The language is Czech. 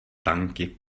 tanky